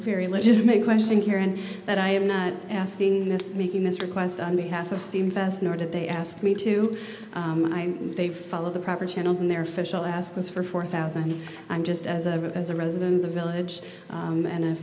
very legitimate question here and that i am not asking this making this request on behalf of steam fest nor did they ask me to they follow the proper channels in their official as it was for four thousand i'm just as a as a resident of the village and a